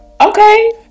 okay